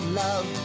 love